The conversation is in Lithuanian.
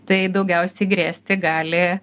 tai daugiausiai grėsti gali